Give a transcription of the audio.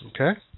Okay